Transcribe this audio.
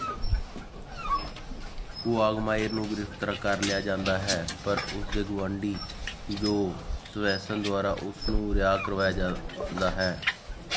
Quagmire ਨੂੰ ਗ੍ਰਿਫ਼ਤਾਰ ਕਰ ਲਿਆ ਜਾਂਦਾ ਹੈ ਪਰ ਉਸ ਦੇ ਗੁਆਂਢੀ ਜੋਅ ਸਵੈਨਸਨ ਦੁਆਰਾ ਉਸ ਨੂੰ ਰਿਹਾਅ ਕਰਵਾਇਆ ਜਾਂਦਾ ਹੈ